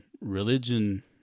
religion